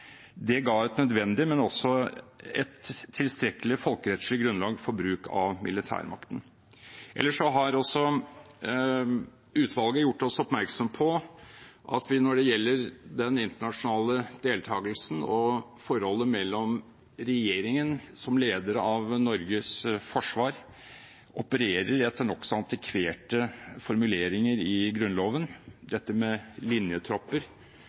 – ga et nødvendig, men også tilstrekkelig folkerettslig grunnlag for bruk av militærmakt. Utvalget har også gjort oss oppmerksom på at vi, når det gjelder den internasjonale deltakelsen og forholdet mellom regjeringen, som leder av Norges forsvar, opererer etter nokså antikverte formuleringer i Grunnloven. Dette med linjetropper